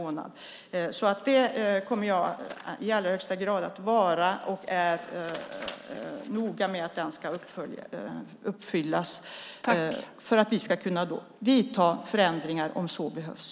Det kommer den i högsta grad att göra, och jag är noga med att det ska uppföljas för att vi ska kunna vidta förändring om så behövs.